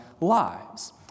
lives